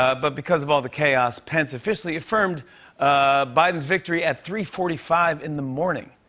ah but because of all the chaos, pence officially affirmed biden's victory at three forty five in the morning.